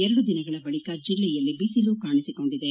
ಎರಡು ದಿನಗಳ ಬಳಿಕ ಜಿಲ್ಲೆಯಲ್ಲಿ ಬಿಸಿಲು ಕಾಣಿಸಿ ಕೊಂಡಿದೆ